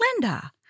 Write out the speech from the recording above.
Linda